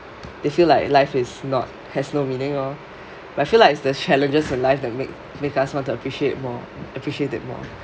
they feel like life is not has no meaning lor but I feel like is the challenges in life that make make us want to appreciate more appreciate it more